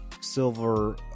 silver